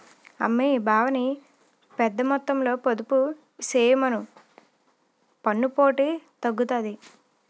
అమ్మీ బావని పెద్దమొత్తంలో పొదుపు చెయ్యమను పన్నుపోటు తగ్గుతాది